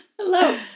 Hello